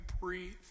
breathe